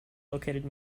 located